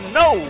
no